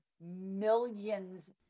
millions